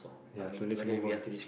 ya so let's move on ah